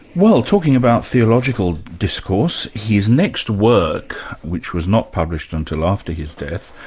well. talking about theological discourse, his next work which was not published until after his death,